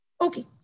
Okay